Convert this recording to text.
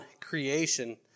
creation